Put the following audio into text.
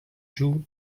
jew